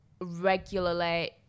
regularly